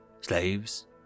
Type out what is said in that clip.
Slaves